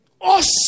Awesome